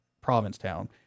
Provincetown